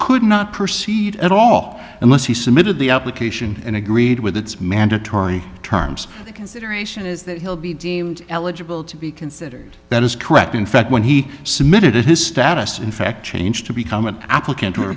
could not proceed at all unless he submitted the application and agreed with its mandatory terms the consideration is that he'll be deemed eligible to be considered that is correct in fact when he submitted it his status in fact changed to become an applicant or